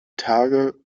tage